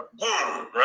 right